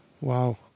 Wow